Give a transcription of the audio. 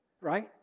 Right